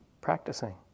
practicing